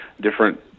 different